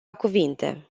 cuvinte